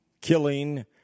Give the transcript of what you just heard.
killing